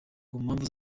mpamvu